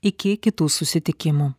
iki kitų susitikimų